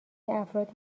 افرادی